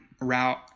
route